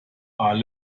are